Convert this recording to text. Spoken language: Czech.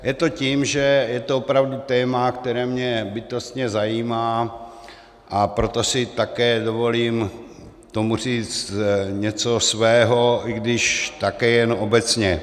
Je to tím, že je to opravdu téma, které mě bytostně zajímá, a proto si také dovolím k tomu říct něco svého, i když také jen obecně.